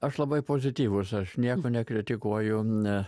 aš labai pozityvus aš nieko nekritikuoju na